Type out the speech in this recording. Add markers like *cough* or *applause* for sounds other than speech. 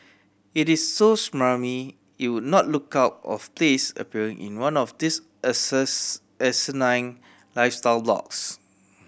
it is so smarmy it would not look out of place appearing in one of these *unintelligible* asinine lifestyle blogs